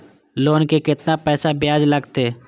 Loan के केतना पैसा ब्याज लागते?